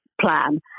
plan